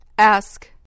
Ask